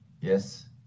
Yes